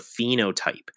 phenotype